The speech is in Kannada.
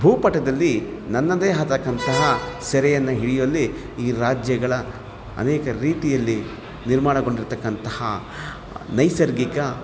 ಭೂಪಟದಲ್ಲಿ ನನ್ನದೇ ಆದಕ್ಕಂತಹ ಸೆರೆಯನ್ನು ಹಿಡಿಯುವಲ್ಲಿ ಈ ರಾಜ್ಯಗಳ ಅನೇಕ ರೀತಿಯಲ್ಲಿ ನಿರ್ಮಾಣಗೊಂಡಿರ್ತಕ್ಕಂಥಹ ನೈಸರ್ಗಿಕ